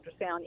ultrasound